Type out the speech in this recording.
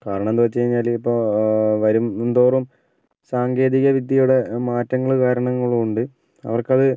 കാരണമെന്നു വെച്ച് കഴിഞ്ഞാല് ഇപ്പോൾ വരും തോറും സാങ്കേതികവിദ്യയുടെ മാറ്റങ്ങള് കാരണങ്ങള് കൊണ്ട് അവർക്കത്